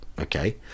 okay